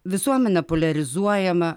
visuomenė poliarizuojama